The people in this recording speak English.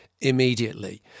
immediately